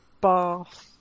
bath